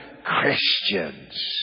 Christians